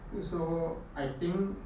mm so I think